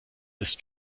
ist